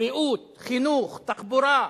בריאות, חינוך, תחבורה,